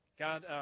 God